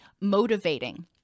motivating